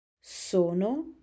Sono